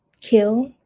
kill